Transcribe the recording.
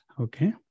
Okay